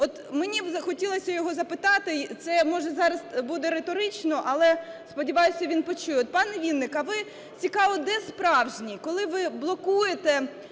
От мені б хотілося його запитати, це, може, зараз буде риторично, але, сподіваюсь, він почує. Пан Вінник, а ви, цікаво, де справжній? Коли ви блокуєте